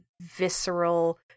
visceral